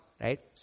right